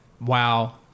Wow